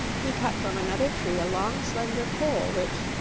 he cut from another tree a long, slender pole which,